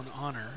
honor